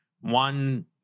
one